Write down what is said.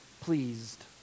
pleased